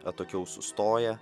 atokiau sustoję